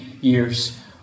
years